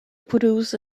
produce